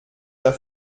der